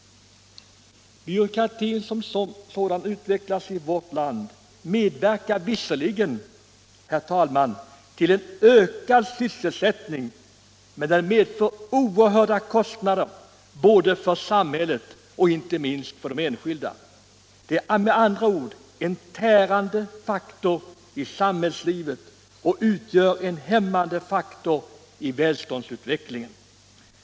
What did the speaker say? Byråkratins utveckling som sådan i vårt land medverkar visserligen, herr talman, till en ökad sysselsättning, men den medför oerhörda kostnader för samhället och inte minst för de enskilda. Den är med andra ord en tärande faktor i samhällslivet och utgör en hämmande faktor i välståndsutvecklingen.